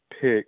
pick